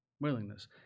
willingness